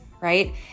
right